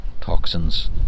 toxins